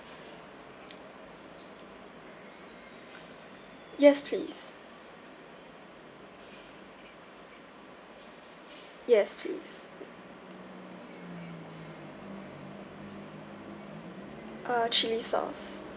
yes please yes please uh chilli sauce